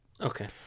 okay